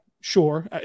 sure